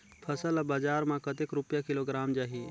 फसल ला बजार मां कतेक रुपिया किलोग्राम जाही?